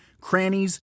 crannies